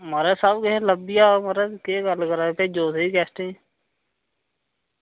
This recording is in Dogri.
म्हाराज सबकिश लब्भी जाह्ग केह् गल्ल करा दे भेजो सेही गेस्टें ई